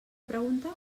pregunta